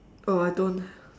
oh I don't